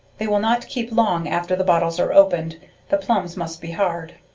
they will not keep long after the bottles are opened the plumbs must be hard.